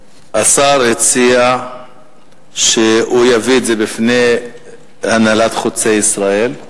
השר הציע שהוא יביא את זה בפני הנהלת "חוצה ישראל"